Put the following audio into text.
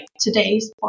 today's